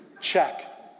Check